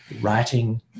writing